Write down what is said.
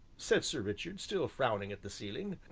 said sir richard, still frowning at the ceiling,